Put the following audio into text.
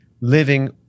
living